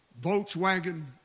Volkswagen